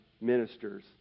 ministers